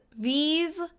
V's